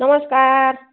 नमस्कार